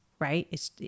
right